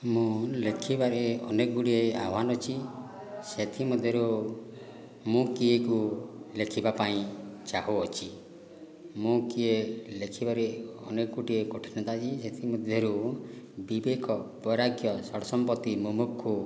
ମୁଁ ଲେଖିବାରେ ଅନେକଗୁଡ଼ିଏ ଆହ୍ଵାନ ଅଛି ସେଥିମଧ୍ୟରୁ ମୁଁ କିଏକୁ ଲେଖିବା ପାଇଁ ଚାହୁଁଅଛି ମୁଁ କିଏ ଲେଖିବାରେ ଅନେକଗୁଡ଼ିଏ କଠିନତା ଅଛି ସେଥିମଧ୍ୟରୁ ବିବେକ ବୈରାଗ୍ୟ ଷଡ଼୍ସମ୍ପତି ମୁମୁକ୍ଷୁ